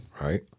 Right